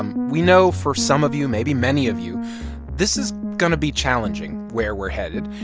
um we know for some of you maybe many of you this is going to be challenging where we're headed.